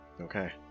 Okay